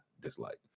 dislike